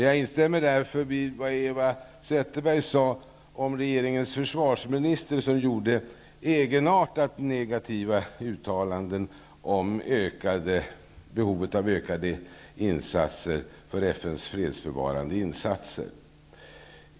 Jag instämmer därmed i det Eva Zetterberg sade om regeringens försvarsminister, som gjort egenartat negativa uttalanden om behovet av ökade medel för FN:s fredsbevarande insatser.